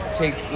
take